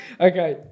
Okay